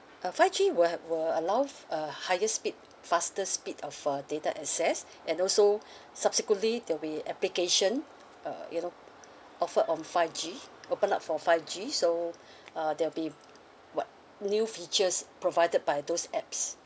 uh five G will ha~ will allow f~ uh highest speed faster speed of uh data access and also subsequently there'll be application uh you know offer on five G open up for five G so uh there'll be what new features provided by those apps